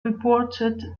reported